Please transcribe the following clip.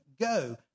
go